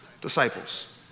Disciples